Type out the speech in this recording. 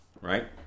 right